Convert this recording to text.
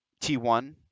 T1